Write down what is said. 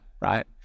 right